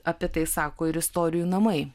apie tai sako ir istorijų namai